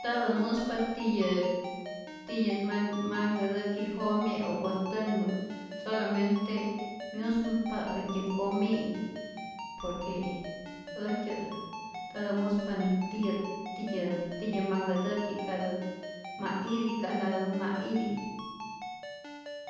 Ntatä muspa tiyä tiyä ma nkätäki jomye o wästäkmäk, solamente myuspa äjtyä nkomi'i, po que äjtyä ntatä muspa nitiyä tityä ma nkätäki katä ma iti ka'ntatä ma iti.